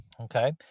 Okay